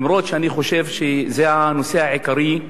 למרות שאני חושב שזה הנושא העיקרי,